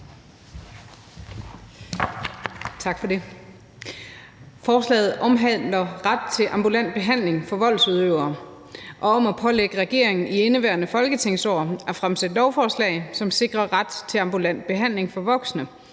Tak for det. Forslaget omhandler ret til ambulant behandling for voldsudøvere og om at pålægge regeringen i indeværende folketingsår at fremsætte lovforslag, som sikrer ret til ambulant behandling for voksne,